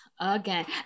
again